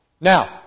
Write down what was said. Now